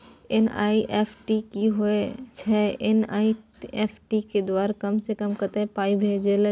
NEFT की होय छै एन.ई.एफ.टी के द्वारा कम से कम कत्ते पाई भेजल जाय छै?